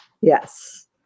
Yes